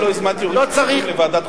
אתה יודע טוב מאוד.